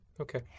Okay